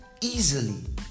easily